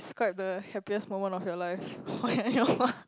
describe the happiest moment of your life